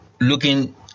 Looking